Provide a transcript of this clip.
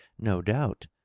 no doubt.